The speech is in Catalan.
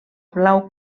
blau